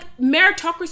meritocracy